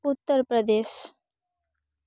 Uttar Pradesh